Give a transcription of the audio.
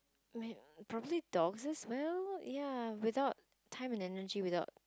probably dogs as well ya without time and energy without